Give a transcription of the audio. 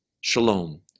Shalom